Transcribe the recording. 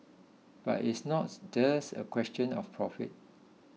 but it's not just a question of profit